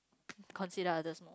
consider others